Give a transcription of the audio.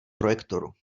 projektoru